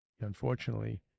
unfortunately